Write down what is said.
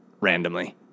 randomly